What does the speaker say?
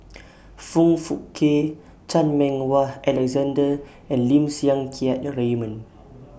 Foong Fook Kay Chan Meng Wah Alexander and Lim Siang Keat Raymond